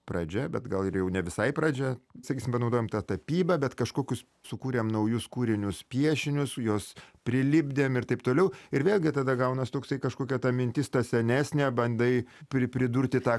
pradžia bet gal ir jau ne visai pradžia sakysim panaudojom tą tapybą bet kažkokius sukūrėm naujus kūrinius piešinius juos prilipdėm ir taip toliau ir vėlgi tada gaunas toksai kažkokia ta mintis ta senesnė bandai pri pridurti tą